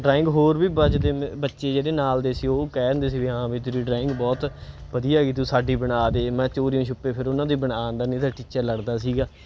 drawing ਹੋਰ ਵੀ ਬੱਜਦੇ ਬੱਚੇ ਜਿਹੜੇ ਨਾਲ ਦੇ ਸੀ ਉਹ ਕਹਿ ਦਿੰਦੇ ਸੀ ਵੀ ਹਾਂ ਵੀ ਤੇਰੀ ਡਰਾਇੰਗ ਬਹੁਤ ਵਧੀਆ ਹੈਗੀ ਤੂੰ ਸਾਡੀ ਬਣਾ ਦੇ ਮੈਂ ਚੋਰਿਉਂ ਛੁੱਪੇ ਫਿਰ ਉਹਨਾਂ ਦੀ ਬਣਾ ਦਿੰਦਾ ਨਹੀਂ ਤਾਂ ਟੀਚਰ ਲੜਦਾ ਸੀਗਾ